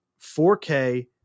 4k